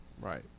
Right